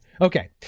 Okay